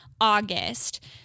August